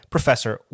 Professor